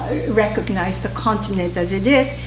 recognize the continent as it is.